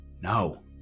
No